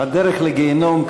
הדרך לגיהינום,